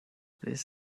this